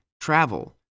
travel